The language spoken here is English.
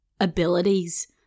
abilities